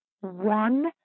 one